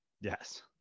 Yes